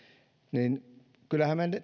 niin kyllähän me